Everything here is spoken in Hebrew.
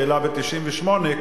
שהעלה ב-1998,